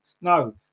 No